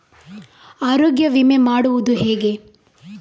ಆರೋಗ್ಯ ವಿಮೆ ಮಾಡುವುದು ಹೇಗೆ?